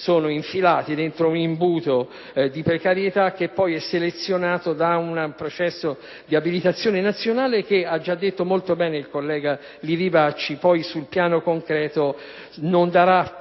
sono infilati in un imbuto di precarietà che poi è selezionato da un processo di abilitazione nazionale che, come ha già detto molto bene il collega Livi Bacci, sul piano concreto non darà